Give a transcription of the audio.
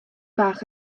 bach